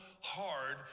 hard